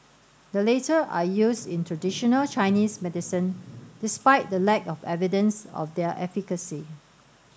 the latter are used in traditional Chinese medicine despite the lack of evidence of their efficacy